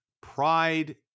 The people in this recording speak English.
Pride